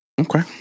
Okay